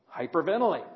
hyperventilate